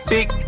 Big